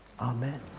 Amen